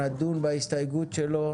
נדון בהסתייגות שלו,